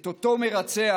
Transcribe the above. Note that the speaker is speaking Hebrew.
את אותו מרצח,